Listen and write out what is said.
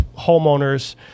homeowners